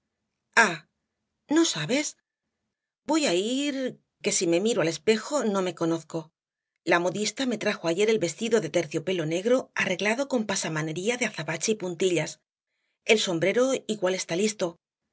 no sabes voy á ir que si me miro al espejo no me conozco la modista me trajo ayer el vestido de terciopelo negro arreglado con pasamanería de azabache y puntillas el sombrero igual está listo